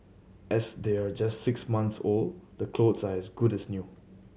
as they're just six months old the clothes are as good as new